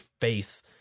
face